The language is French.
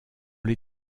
les